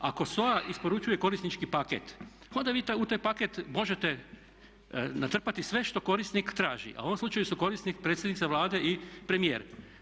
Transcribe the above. Ako SOA isporučuje korisnički paket onda vi u taj paket možete natrpati sve što korisnik traži, a u ovom slučaju su korisnici predsjednica Vlade i premijer.